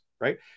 right